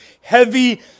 heavy